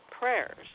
prayers